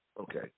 okay